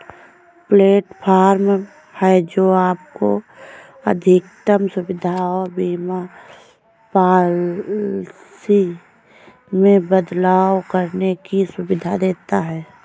platform है, जो आपको अधिकतम सुविधा और बीमा पॉलिसी में बदलाव करने की सुविधा देता है